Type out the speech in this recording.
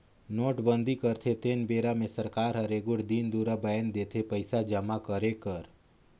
नोटबंदी करथे तेन बेरा मे सरकार हर एगोट दिन दुरा बांएध देथे पइसा जमा करे कर